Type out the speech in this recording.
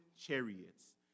chariots